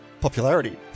popularity